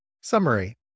Summary